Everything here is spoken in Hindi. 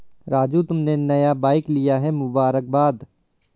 राजू तुमने नया बाइक लिया है मुबारकबाद